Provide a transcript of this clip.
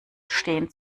stehen